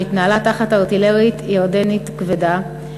שהתנהלה תחת ארטילריה ירדנית כבדה,